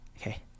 okay